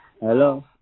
Hello